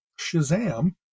Shazam